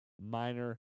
minor